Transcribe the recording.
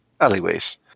alleyways